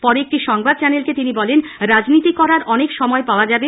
পরে একটি সংবাদ চ্যানেলকে তিনি বলেন রাজনীতি করার অনেক সময় পাওয়া যাবে